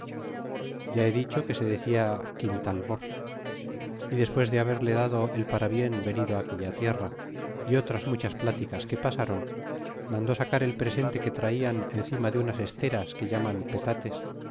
ya he dicho que se decia quintalbor y despues de haberle dado el parabien venido aquella tierra y otras muchas pláticas que pasaron manda sacar el presente que traian encima de unas esteras que llaman petates